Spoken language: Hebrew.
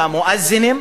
במואזינים.